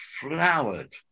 flowered